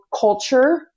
culture